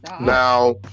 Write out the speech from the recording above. Now